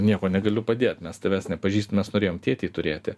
nieko negaliu padėt mes tavęs nepažįstam mes norėjom tėtį turėti